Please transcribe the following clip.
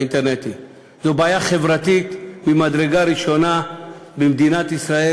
זו בעיה חברתית ממדרגה ראשונה במדינת ישראל.